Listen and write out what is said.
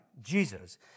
Jesus